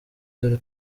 dore